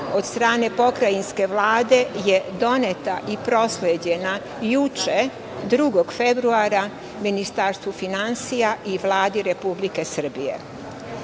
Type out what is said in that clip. od strane pokrajinske Vlade je doneta i prosleđena juče, 2. februara, Ministarstvu finansija i Vladi Republike Srbije. Kako